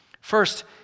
First